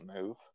move